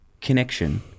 connection